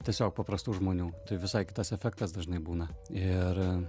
tiesiog paprastų žmonių tai visai kitas efektas dažnai būna ir